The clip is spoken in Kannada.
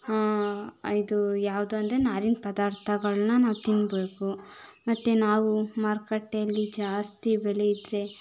ಇದು ಯಾವುದು ಅಂದರೆ ನಾರಿನ ಪದಾರ್ಥಗಳನ್ನ ನಾವು ತಿನ್ನಬೇಕು ಮತ್ತು ನಾವು ಮಾರುಕಟ್ಟೆಯಲ್ಲಿ ಜಾಸ್ತಿ ಬೆಲೆ ಇದ್ದರೆ